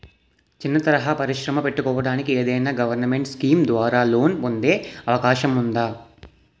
చిన్న తరహా పరిశ్రమ పెట్టుకోటానికి ఏదైనా గవర్నమెంట్ స్కీం ద్వారా లోన్ పొందే అవకాశం ఉందా?